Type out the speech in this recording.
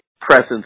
presence